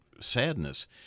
sadness